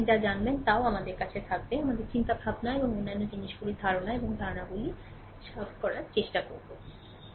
আপনি যা জানবেন তাও আমাদের কাছে থাকবে আমাদের চিন্তাভাবনা এবং অন্যান্য জিনিসগুলির ধারণা এবং ধারণাগুলি সাফ করার চেষ্টা করবে ঠিক আছে